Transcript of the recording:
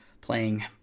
playing